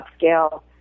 upscale